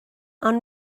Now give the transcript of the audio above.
ond